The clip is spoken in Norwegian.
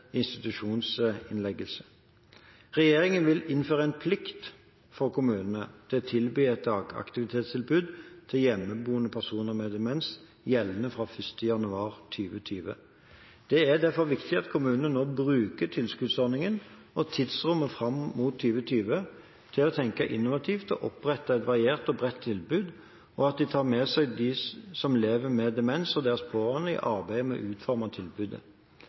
institusjonsinnleggelse. Regjeringen vil innføre en plikt for kommunene til å tilby et dagaktivitetstilbud til hjemmeboende personer med demens, gjeldende fra 1. januar 2020. Det er derfor viktig at kommunene nå bruker tilskuddsordningen og tidsrommet fram mot 2020 til å tenke innovativt og opprette et variert og bredt tilbud – og at de tar med seg dem som lever med demens og deres pårørende, i arbeidet med å utforme tilbudet.